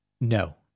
No